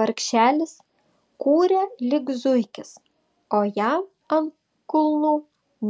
vargšelis kūrė lyg zuikis o jam ant kulnų